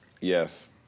Yes